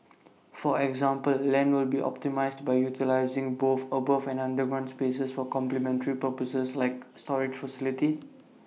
for example land will be optimised by utilising both above and underground spaces for complementary purposes like storage facilities